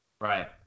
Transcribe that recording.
Right